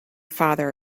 father